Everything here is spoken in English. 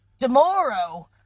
tomorrow